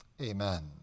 Amen